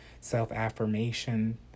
self-affirmation